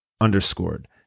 underscored